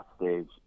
stage